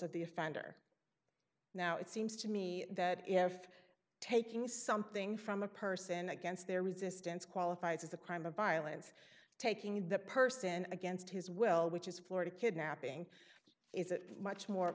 of the offender now it seems to me that if taking something from a person against their resistance qualifies as a crime of violence taking that person against his will which is florida kidnapping is a much more